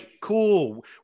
cool